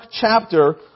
chapter